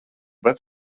bet